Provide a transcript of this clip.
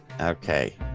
Okay